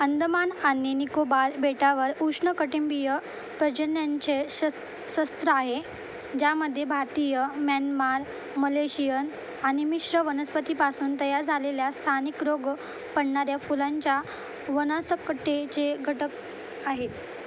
अंदमान आनि निकोबार बेटावर उष्ण कटिबंधीय पर्जन्यांचे शस् छत्र आहे ज्यामध्ये भारतीय म्यानमार मलेशियन आणि मिश्र वनस्पतीपासून तयार झालेल्या स्थानिक रोग पडणाऱ्या फुलांच्या वाणासकटचे घटक आहेत